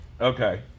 Okay